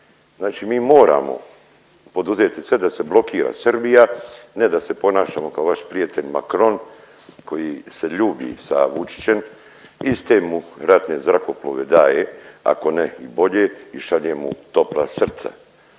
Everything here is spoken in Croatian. Znači mi moramo poduzeti sve da se blokira Srbija ne da se ponašamo kao vaš prijatelj Macron koji se ljubi sa Vučićem iste mu ratne zrakoplove daje ako ne i bolje i šalje mu topla srca.